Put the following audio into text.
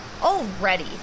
already